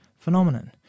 phenomenon